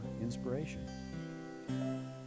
inspiration